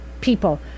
people